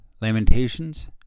Lamentations